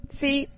see